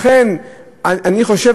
לכן אני חושב,